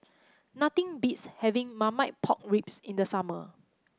nothing beats having Marmite Pork Ribs in the summer